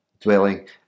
dwelling